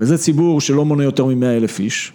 וזה ציבור שלא מונה יותר מ-100,000 איש.